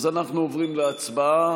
אז אנחנו עוברים להצבעה.